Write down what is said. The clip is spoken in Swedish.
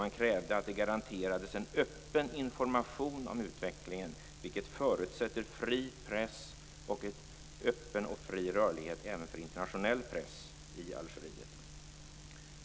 Man krävde att det skulle garanteras en öppen information om utvecklingen, vilket förutsätter en fri press och en öppen och fri rörlighet även för internationell press.